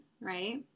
right